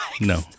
No